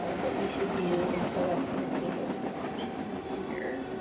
what you should do is go up to the table view option here.